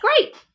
great